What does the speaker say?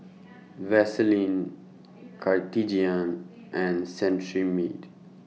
Vaselin Cartigain and Cetrimide